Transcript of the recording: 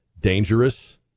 dangerous